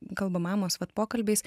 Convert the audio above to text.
kalba mamos vat pokalbiais